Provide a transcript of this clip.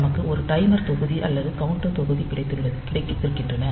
நமக்கு ஒரு டைமர் தொகுதி அல்லது கவுண்டர் தொகுதி கிடைத்திருக்கிறது